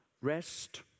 Rest